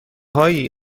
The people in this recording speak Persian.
هایی